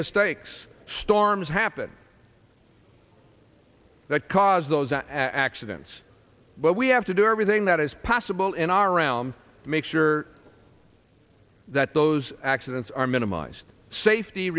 mistakes storms happen that cause those accidents but we have to do everything that is possible in our realm to make sure that those accidents are minimized safety